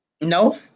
No